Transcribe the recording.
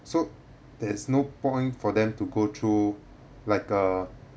so there's no point for them to go through like a